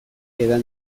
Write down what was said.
edan